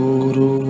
Guru